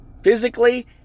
physically